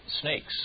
snakes